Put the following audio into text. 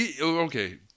okay